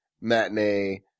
matinee